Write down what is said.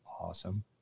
awesome